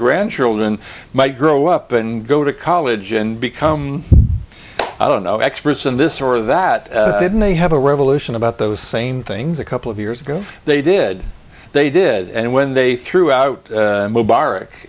grandchildren might grow up and go to college and become i don't know experts and this or that didn't they have a revolution about those same things a couple of years ago they did they did and when they threw out